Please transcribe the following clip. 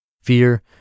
Fear